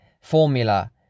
formula